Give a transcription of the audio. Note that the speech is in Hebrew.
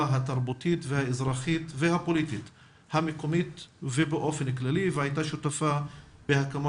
התרבותית והאזרחית והפוליטית המקומית ובאופן כללי והייתה שותפה בהקמה